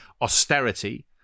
austerity